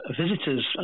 visitors